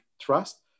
trust